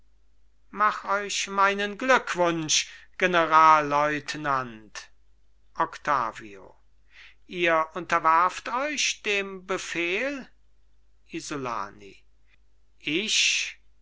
mach euch meinen glückwunsch generalleutnant octavio ihr unterwerft euch dem befehl isolani ich